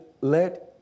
let